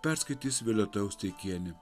perskaitys violeta osteikienė